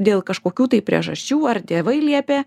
dėl kažkokių tai priežasčių ar tėvai liepė